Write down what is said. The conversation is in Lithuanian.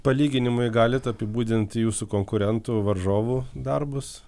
palyginimui galit apibūdint jūsų konkurentų varžovų darbus